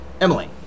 Emily